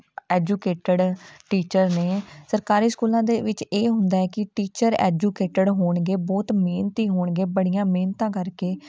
educated teacher ਨੇ ਸਰਕਾਰੀ ਸਕੂਲਾਂ ਦੇ ਵਿੱਚ ਇਹ ਹੁੰਦਾ ਕਿ ਟੀਚਰ ਐਜੂਕੇਟਡ ਹੋਣਗੇ ਬਹੁਤ ਮਿਹਨਤੀ ਹੋਣਗੇ ਬੜੀਆਂ ਮਿਹਨਤਾਂ ਕਰਕੇ